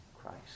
Christ